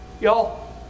Y'all